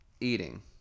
eating